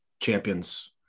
champions